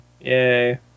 Yay